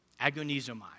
agonizomai